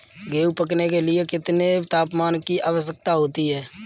गेहूँ पकने के लिए कितने तापमान की आवश्यकता होती है?